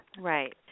Right